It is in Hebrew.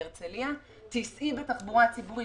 סעי בתחבורה ציבורית,